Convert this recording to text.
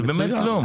זה באמת כלום.